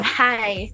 hi